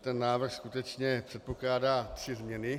Ten návrh skutečně předpokládá tři změny.